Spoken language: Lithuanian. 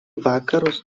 vakarus